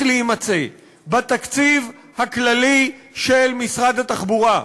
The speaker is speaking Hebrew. להימצא בתקציב הכללי של משרד התחבורה.